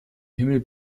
himmel